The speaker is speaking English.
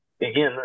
Again